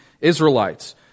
Israelites